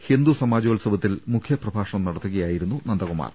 ഹിന്ദുസമാജോത്സ വത്തിൽ മുഖ്യപ്രഭാഷണം നടത്തുകയായിരുന്നു നന്ദകുമാർ